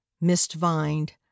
mist-vined